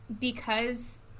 because-